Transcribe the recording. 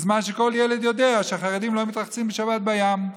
בזמן שכל ילד יודע שהחרדים לא מתרחצים בשבת בים.